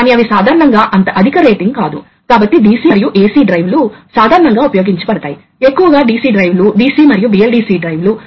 కాబట్టి time delay అవుతుంది కాబట్టి ఇప్పుడు ఛాంబర్ యొక్క పరిమాణాన్ని బట్టి మీరు వేరియబుల్ టైం డిలే ని సృష్టించవచ్చు